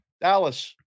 Dallas